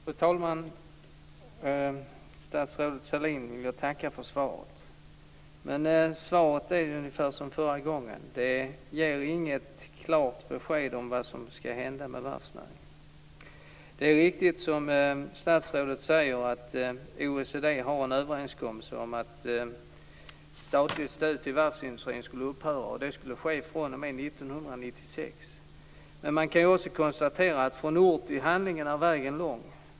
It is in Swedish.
Fru talman! Jag vill tacka statsrådet Sahlin för svaret. Men svaret låter ungefär som förra gången. Det ger inget klart besked om vad som skall hända med varvsnäringen. Det är riktigt som statsrådet säger att OECD hade en överenskommelse om att statligt stöd till varvsindustrin skulle upphöra. Det skulle ske fr.o.m. 1996. Men man kan också konstatera att vägen är lång från ord till handling.